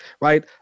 right